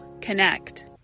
connect